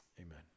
Amen